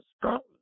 Scotland